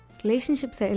relationships